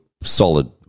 solid